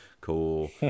cool